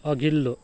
अघिल्लो